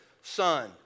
son